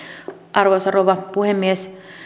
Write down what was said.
arvoisa rouva puhemies